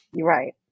Right